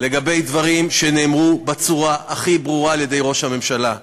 לגבי דברים שנאמרו בצורה הכי ברורה על-ידי ראש הממשלה.